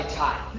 time